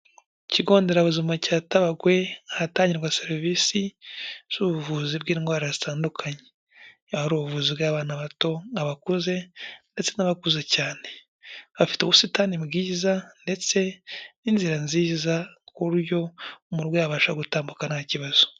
Ikigo nderabuzima cya tabagwe ahatangirwa serivisi z'ubuvuzi bw'indwara zitandukanye, hari ubuvuzi bw'abana bato abakuze ndetse n'abakuze cyane, bafite ubusitani bwiza ndetse n'inzira nziza ku buryo umurwayi yabasha gutambuka nta kibazo.